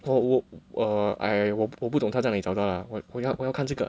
我我 err I 我不懂他在那里找到了我我要看这个